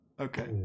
Okay